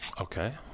Okay